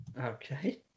Okay